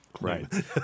right